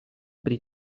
pri